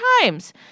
times